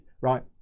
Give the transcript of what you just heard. right